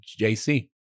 JC